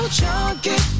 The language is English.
chunky